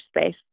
space